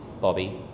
Bobby